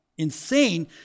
insane